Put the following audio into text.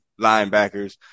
linebackers